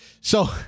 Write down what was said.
So-